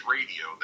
Radio